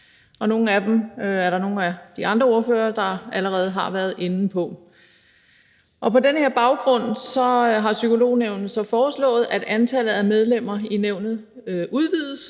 og nogle af dem har nogle af de andre ordførere allerede har været inde på. På den baggrund har Psykolognævnet foreslået, at antallet af medlemmer i nævnet udvides